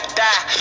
die